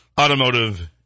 automotive